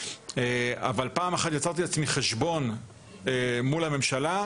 אבל פעם אחת יצרתי לעצמי חשבון מול הממשלה,